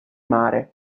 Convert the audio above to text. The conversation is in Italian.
mare